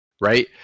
Right